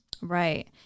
right